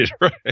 right